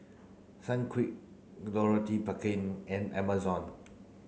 Sunquick Dorothy Perkin and Amazon